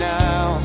now